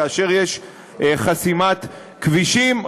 כאשר יש חסימת כבישים,